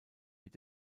mit